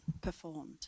performed